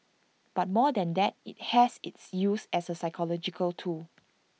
but more than that IT has its use as A psychological tool